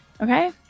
Okay